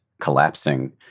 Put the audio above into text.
Collapsing